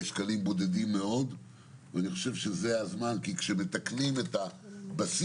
שקלים בודדים מאוד ואני חושב שזה הזמן כי כאשר מתקנים את הבסיס,